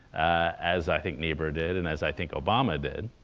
ah as i think niebuhr did, and as i think obama did,